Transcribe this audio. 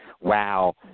wow –